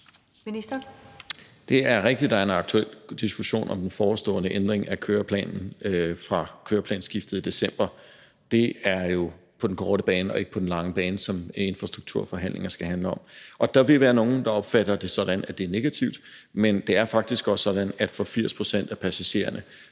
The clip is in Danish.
Det er rigtigt, at der er en aktuel diskussion om den forestående ændring af køreplanen fra køreplansskiftet i december. Det er jo på den korte bane og ikke på den lange bane, som infrastrukturforhandlinger skal handle om. Og der vil være nogle, der opfatter det sådan, at det er negativt, men det er faktisk også sådan, at for 80 pct. af passagererne